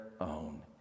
own